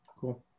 Cool